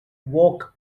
woke